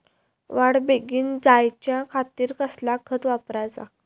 वाढ बेगीन जायच्या खातीर कसला खत वापराचा?